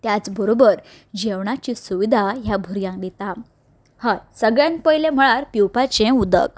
त्याच बरोबर जेवणाची सुविधा ह्या भुरग्यांक दिता हय सगल्यान पयले म्हणल्यार पिवपाचें उदक